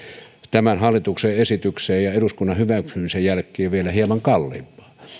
tämän hallituksen esityksen ja eduskunnan hyväksymisen jälkeen vielä hieman kalliimpaa